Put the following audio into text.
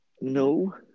No